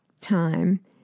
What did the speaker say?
time